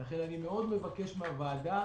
לכן, אני מאוד מבקש מהוועדה.